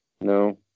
No